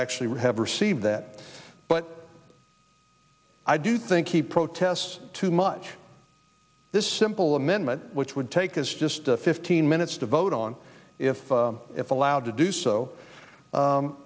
actually we have received that but i do think he protests too much this simple amendment which would take us just fifteen minutes to vote on if the if allowed to do so